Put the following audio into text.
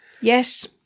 yes